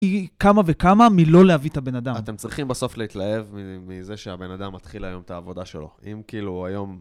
היא כמה וכמה מלא להביא את הבן אדם. אתם צריכים בסוף להתלהב מזה שהבן אדם התחיל היום את העבודה שלו. אם כאילו היום...